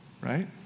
right